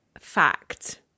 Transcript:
Fact